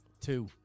Two